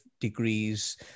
degrees